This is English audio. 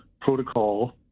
protocol